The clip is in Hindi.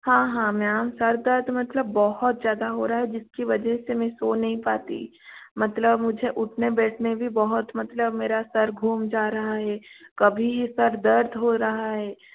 हाँ हाँ मैम सर दर्द मतलब बहुत ज़्यादा हो रहा है जिसकी वजह से मैं सो नहीं पाती मतलब मुझे उठने बैठने भी बहुत मतलब मेरा सर घूम जा रहा है कभी ये सिर दर्द हो रहा है